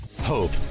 Hope